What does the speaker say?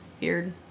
weird